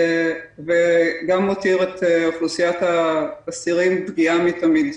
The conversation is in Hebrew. וגם מותיר את אוכלוסיית האסירים פגיעה מתמיד.